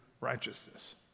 righteousness